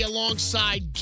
Alongside